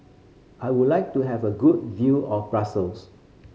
I would like to have a good view of Brussels